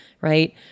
Right